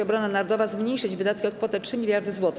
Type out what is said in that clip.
Obrona narodowa zmniejszyć wydatki o kwotę 3 mld zł.